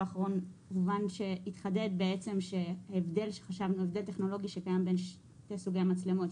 האחרון התחדד הבדל טכנולוגי שקיים בין שני סוגי המצלמות.